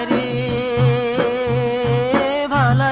a